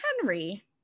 Henry